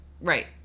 right